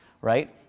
right